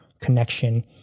connection